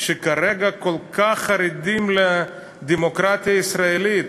שכרגע כל כך חרדים לדמוקרטיה הישראלית.